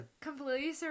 completely